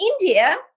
India